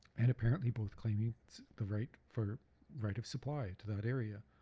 and apparently both claiming it's the right for right of supply to that area.